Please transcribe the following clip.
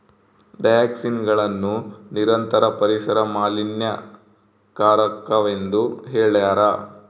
ಡಯಾಕ್ಸಿನ್ಗಳನ್ನು ನಿರಂತರ ಪರಿಸರ ಮಾಲಿನ್ಯಕಾರಕವೆಂದು ಹೇಳ್ಯಾರ